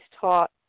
taught